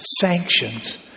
sanctions